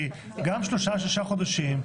כי גם שלושה עד שישה חודשים,